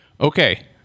Okay